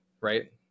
right